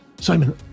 Simon